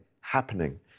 happening